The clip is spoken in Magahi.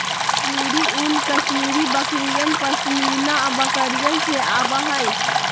कश्मीरी ऊन कश्मीरी बकरियन, पश्मीना बकरिवन से आवा हई